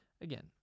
again